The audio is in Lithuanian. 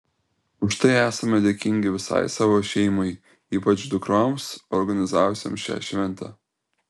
už tai esami dėkingi visai savo šeimai ypač dukroms organizavusioms šią šventę